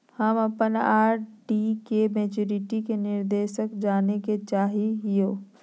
हम अप्पन आर.डी के मैचुरीटी के निर्देश जाने के चाहो हिअइ